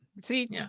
see